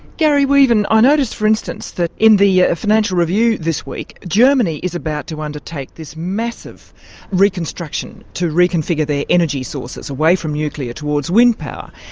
garry weaven, i ah notice, for instance, that in the ah financial review this week, germany is about to undertake this massive reconstruction to reconfigure their energy sources away from nuclear towards wind power.